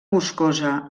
boscosa